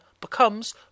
becomes